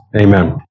Amen